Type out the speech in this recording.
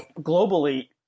globally